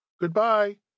Goodbye